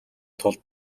тулд